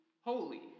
holy